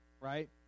right